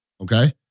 Okay